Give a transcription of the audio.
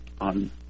on